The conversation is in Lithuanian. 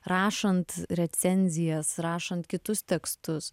rašant recenzijas rašant kitus tekstus